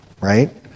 right